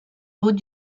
haut